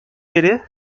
beri